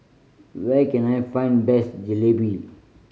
where can I find best Jalebi